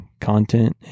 content